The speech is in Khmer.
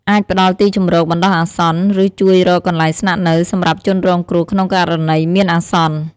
អាចផ្តល់ទីជម្រកបណ្តោះអាសន្ន ឬជួយរកកន្លែងស្នាក់នៅសម្រាប់ជនរងគ្រោះក្នុងករណីមានអាសន្ន។